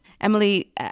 Emily